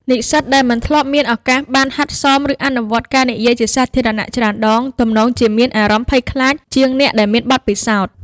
និស្សិតដែលមិនធ្លាប់មានឱកាសបានហាត់សម ឬអនុវត្តការនិយាយជាសាធារណៈច្រើនដង ទំនងជាមានអារម្មណ៍ភ័យខ្លាចជាងអ្នកដែលមានបទពិសោធន៍។